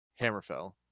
Hammerfell